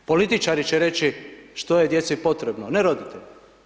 Političari će reći što je djeci potrebno, ne roditelji.